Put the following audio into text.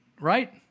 right